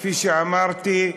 כפי שאמרתי,